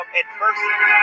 adversity